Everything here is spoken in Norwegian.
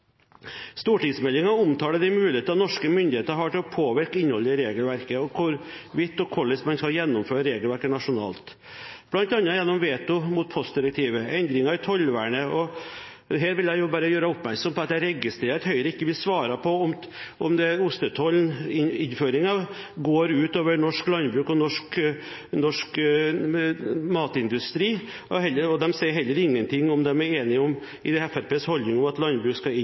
omtaler de mulighetene norske myndigheter har til å påvirke innholdet i regelverket, og hvorvidt og hvordan man skal gjennomføre regelverket nasjonalt – bl.a. gjennom veto mot postdirektivet og endringer i tollvernet. Her vil jeg bare gjøre oppmerksom på at jeg registrerer at Høyre ikke vil svare på om innføringen av ostetoll går ut over norsk landbruk og norsk matindustri, og de sier heller ingenting om de er enig i Fremskrittspartiets holdninger om at landbruk skal inn